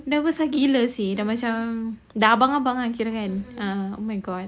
dia pun dah gila seh dah macam dah abang-abang ah kirakan ah oh my god